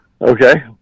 Okay